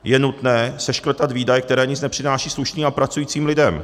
Je nutné seškrtat výdaje, které nic nepřinášejí slušným a pracujícím lidem.